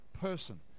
person